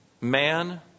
man